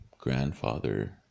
grandfather